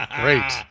great